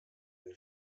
ein